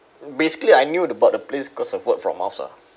basically I knew about the place because of word from mouths ah